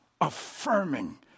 affirming